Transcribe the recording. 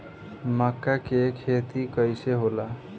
मका के खेती कइसे होला?